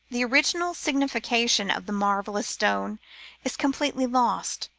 the original signification of the marvellous stone is completely lost,